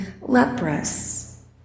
leprous